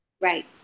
Right